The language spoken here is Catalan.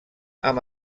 amb